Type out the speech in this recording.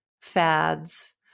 fads